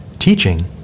teaching